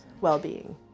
well-being